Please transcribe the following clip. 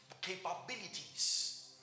capabilities